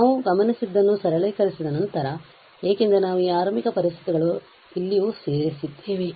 ಆದ್ದರಿಂದ ನಾವು ಗಮನಿಸಿದ್ದನ್ನು ಸರಳೀಕರಿಸಿದ ನಂತರ ಏಕೆಂದರೆ ನಾವು ಈ ಆರಂಭಿಕ ಪರಿಸ್ಥಿತಿಗಳನ್ನು ಇಲ್ಲಿಯೂ ಸೇರಿಸಿದ್ದೇವೆ